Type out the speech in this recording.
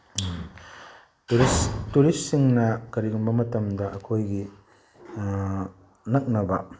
ꯇꯨꯔꯤꯁꯁꯤꯡꯅ ꯀꯔꯤꯒꯨꯝꯕ ꯃꯇꯝꯗ ꯑꯩꯈꯣꯏꯒꯤ ꯅꯛꯅꯕ